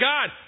God